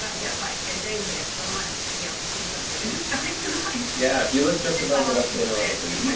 yeah like yeah day here. so i might actually be able to see something in the sky tonight. yeah. if you look just above the western horizon. you